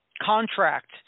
contract